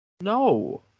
no